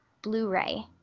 Blu-ray